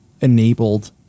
enabled